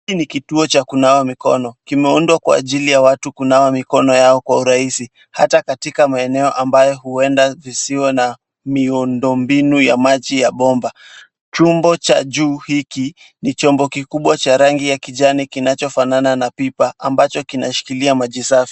Hii ni kituo cha kunawa mikono, kimeundwa kwaajili ya watu kunawa mikono yao kwa urahisi, hata katika maeneo ambayo huenda isio na miundo mbinu ya maji ya bomba. Chombo cha juu hiki, ni chombo kikubwa cha rangi ya kijani kinachofanana na pipa ambacho kinashikilia maji safi.